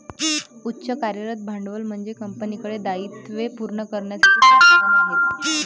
उच्च कार्यरत भांडवल म्हणजे कंपनीकडे दायित्वे पूर्ण करण्यासाठी संसाधने आहेत